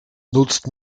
nutzt